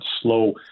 slow